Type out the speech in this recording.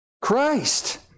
Christ